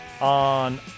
on